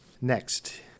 Next